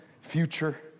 future